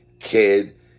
kid